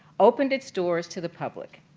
opened its doors to the public.